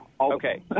Okay